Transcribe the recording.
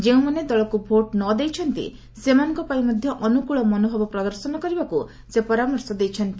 ଯେଉଁମାନେ ଦଳକୁ ଭୋଟ୍ ନ ଦେଇଛନ୍ତି ସେମାନଙ୍କ ପାଇଁ ମଧ୍ୟ ଅନୁକୂଳ ମନୋଭାବ ପ୍ରଦର୍ଶନ କରିବାକୁ ସେ ପରାମର୍ଶ ଦେଇଛନ୍ତି